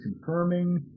confirming